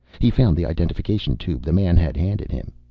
he found the identification tube the man had handed him.